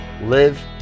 Live